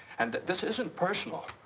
and this isn't personal.